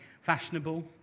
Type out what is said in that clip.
fashionable